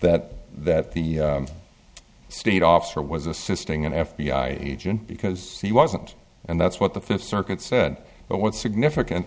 that that the state officer was assisting an f b i agent because he wasn't and that's what the fifth circuit said but what's significant